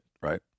right